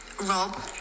Rob